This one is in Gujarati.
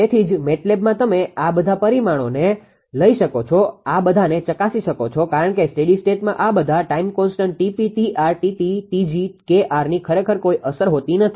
તેથી જ MATLABમાં તમે આ બધા પરિમાણોને લઇ શકો છો આ બધાને ચકાસી શકો છો કારણ કે સ્ટેડી સ્ટેટમાં આ બધા ટાઇમ કોન્સ્ટન્ટ 𝑇𝑝 𝑇𝑟 𝑇𝑡 𝑇𝑔 𝐾𝑟 ની ખરેખર કોઈ અસર હોતી નથી